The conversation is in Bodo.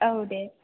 औ दे